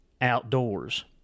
outdoors